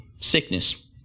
sickness